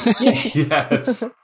Yes